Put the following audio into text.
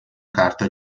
carta